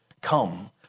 come